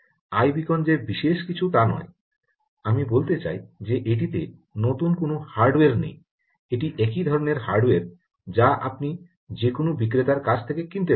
iBeacon যে বিশেষ কিছু তা নয় আমি বলতে চাই যে এটিতে নতুন কোনও হার্ডওয়্যার নেই এটি একই ধরণের হার্ডওয়্যার যা আপনি যেকোনও বিক্রেতার কাছ থেকে কিনতে পারেন